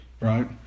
right